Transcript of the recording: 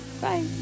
Bye